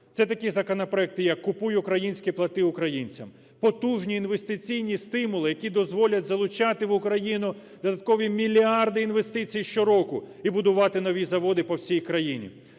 Це такі законопроекти, як "Купуй українське, плати українцям", потужні інвестиційні стимули, які дозволять залучати в Україну додаткові мільярди інвестицій щороку і будувати нові заводи по всій країні.